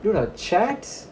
do your checks